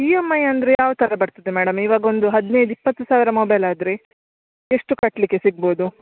E M I ಅಂದರೆ ಯಾವ ಥರ ಬರ್ತದೆ ಮೇಡಮ್ ಇವಾಗ ಒಂದು ಹದಿನೈದು ಇಪ್ಪತ್ತು ಸಾವಿರ ಮೊಬೈಲ್ ಆದರೆ ಎಷ್ಟು ಕಟ್ಟಲಿಕ್ಕೆ ಸಿಗ್ಬೋ ದು